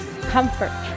comfort